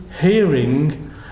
hearing